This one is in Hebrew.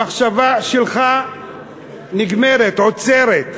המחשבה שלך נגמרת, עוצרת.